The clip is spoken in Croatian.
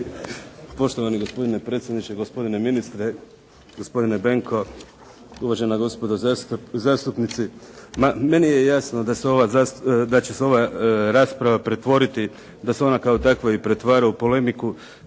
Poštovani gospodine predsjedniče, gospodine ministre, gospodine Benko, uvažena gospodo zastupnici. Meni je jasno da će se ova rasprava pretvoriti da se ona kao takva i pretvara u polemiku,